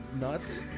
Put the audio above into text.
nuts